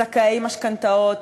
זכאי משכנתאות,